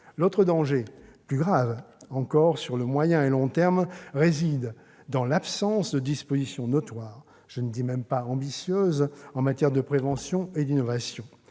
L'autre danger, plus grave encore sur le moyen et le long terme, réside dans l'absence de dispositions notoires- je ne dis même pas ambitieuses -en matière de prévention et d'innovation.